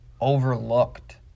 overlooked